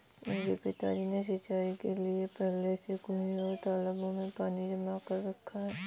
मेरे पिताजी ने सिंचाई के लिए पहले से कुंए और तालाबों में पानी जमा कर रखा है